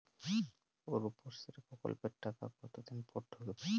রুপশ্রী প্রকল্পের টাকা কতদিন পর ঢুকবে?